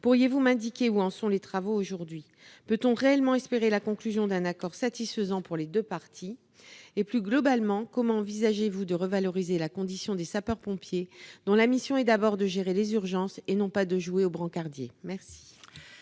Pourriez-vous m'indiquer où en sont les travaux aujourd'hui ? Peut-on réellement espérer la conclusion d'un accord satisfaisant pour les deux parties ? Plus globalement, comment envisagez-vous de revaloriser la condition des sapeurs-pompiers, dont la mission est d'abord de gérer les urgences, et non de jouer aux brancardiers ?